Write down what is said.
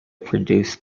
produced